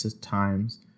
times